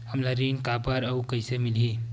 हमला ऋण काबर अउ कइसे मिलही?